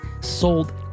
sold